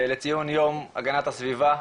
לציון יום הגנת הסביבה,